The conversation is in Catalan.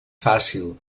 fàcil